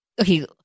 okay